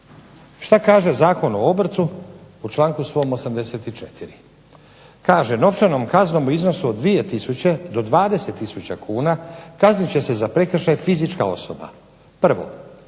što kaže zakon o obrtu u članku 84. Kaže: novčanom kaznom od 2000 do 20 000 kuna kaznit će se za prekršaj fizička osoba prvo